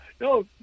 No